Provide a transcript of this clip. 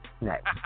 next